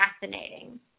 fascinating